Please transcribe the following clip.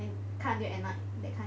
can cut until at night that kind